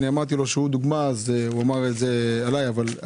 ואתה יודע,